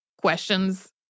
questions